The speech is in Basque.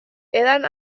edan